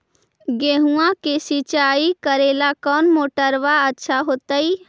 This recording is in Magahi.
गेहुआ के सिंचाई करेला कौन मोटरबा अच्छा होतई?